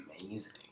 amazing